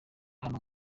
hano